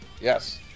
Yes